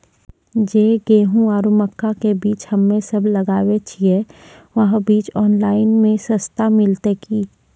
जे गेहूँ आरु मक्का के बीज हमे सब लगावे छिये वहा बीज ऑनलाइन मे सस्ता मिलते की?